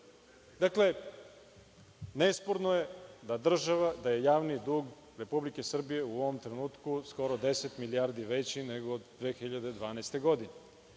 nesporno je da je javni dug Republike Srbije u ovom trenutku skoro 10 milijardi veći nego 2012. godine.